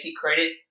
credit